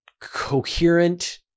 coherent